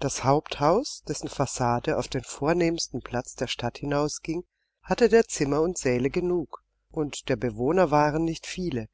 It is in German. das haupthaus dessen fassade auf den vornehmsten platz der stadt hinausging hatte der zimmer und säle genug und der bewohner waren nicht viele